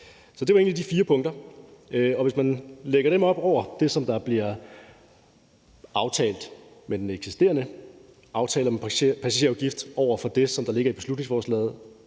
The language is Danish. Så det var egentlig de fire punkter, og hvis man lægger dem op over det, som bliver aftalt, med den eksisterende aftale om passagerafgift over for det, som ligger i beslutningsforslaget,